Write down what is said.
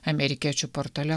amerikiečių portale